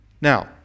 now